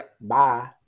Bye